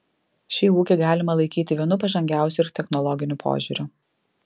šį ūkį galima laikyti vienu pažangiausių ir technologiniu požiūriu